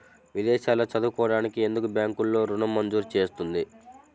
విదేశాల్లో చదువుకోవడానికి ఎందుకు బ్యాంక్లలో ఋణం మంజూరు చేస్తుంది?